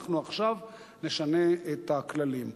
אנחנו עכשיו נשנה את הכללים.